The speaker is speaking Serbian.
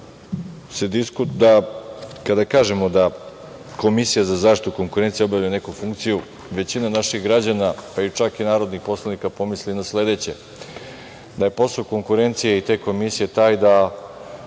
Čedomir. Kada kažemo da Komisija za zaštitu konkurencije obavlja neku funkciju, većina naših građana, čak i narodnih poslanika, pomisli na sledeće - da je posao konkurencije i te Komisije taj da